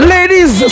Ladies